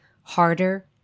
harder